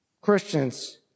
Christians